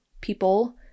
people